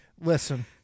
Listen